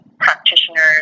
practitioners